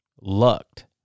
lucked